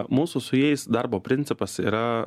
mūsų su jais darbo principas yra